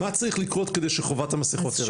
מה צריך לקרות כדי שחובת המסכות תרד?